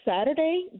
Saturday